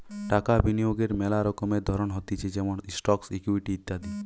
টাকা বিনিয়োগের মেলা রকমের ধরণ হতিছে যেমন স্টকস, ইকুইটি ইত্যাদি